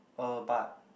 uh but